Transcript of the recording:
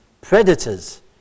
predators